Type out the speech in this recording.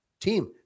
team